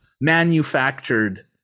manufactured